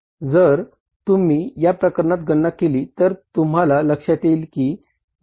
जर तुम्ही या प्रकरणात गणना केली तर तुम्हाला लक्षात येईल की